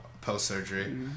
post-surgery